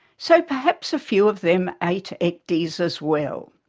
so perhaps a few of them ate ecdies as well.